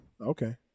Okay